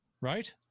right